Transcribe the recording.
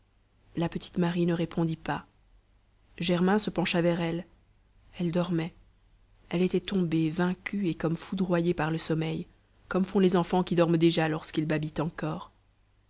la petite marie ne répondit pas germain se pencha vers elle elle dormait elle était tombée vaincue et comme foudroyée par le sommeil comme font les enfants qui dorment déjà lorsqu'ils babillent encore